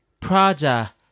Prada